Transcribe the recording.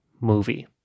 movie